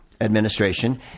administration